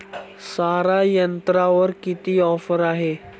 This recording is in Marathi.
सारा यंत्रावर किती ऑफर आहे?